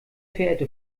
verehrte